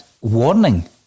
Warning